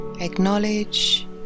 Acknowledge